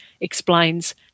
explains